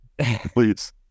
Please